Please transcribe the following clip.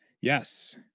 Yes